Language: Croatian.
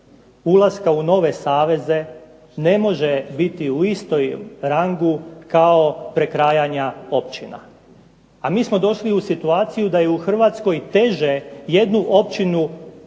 ulaska u nove saveze ne može biti u istom rangu kao prekrajanja općina. A mi smo došli u situaciju da je u Hrvatskoj teže jednu općinu priključiti